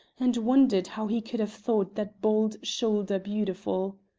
and wondered how he could have thought that bold shoulder beautiful.